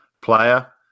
player